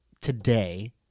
today